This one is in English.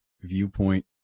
viewpoint